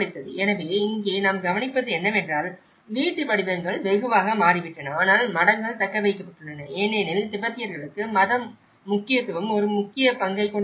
எனவே இங்கே நாம் கவனிப்பது என்னவென்றால் வீட்டு வடிவங்கள் வெகுவாக மாறிவிட்டன ஆனால் மடங்கள் தக்கவைக்கப்பட்டுள்ளன ஏனெனில் திபெத்தியர்களுக்கு மத முக்கியத்துவம் ஒரு முக்கிய பங்கைக் கொண்டிருந்தது